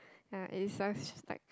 yeah it is always just like